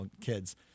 kids